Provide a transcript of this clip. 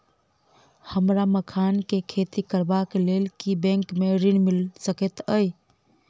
हमरा मखान केँ खेती करबाक केँ लेल की बैंक मै ऋण मिल सकैत अई?